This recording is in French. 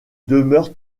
demeure